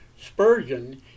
Spurgeon